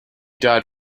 died